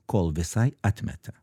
kol visai atmeta